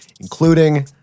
including